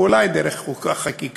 ואולי דרך חקיקה,